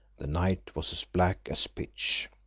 the night was as black as pitch.